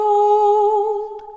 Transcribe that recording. old